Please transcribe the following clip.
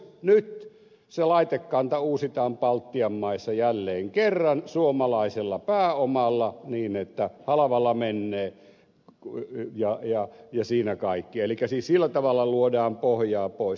nyt se laitekanta uusitaan baltian maissa jälleen kerran suomalaisella pääomalla niin että halvalla menee ja siinä kaikki elikkä siis sillä tavalla luodaan pohjaa pois